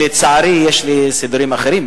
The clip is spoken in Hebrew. לצערי יש לי סידורים אחרים.